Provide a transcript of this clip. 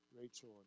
Rachel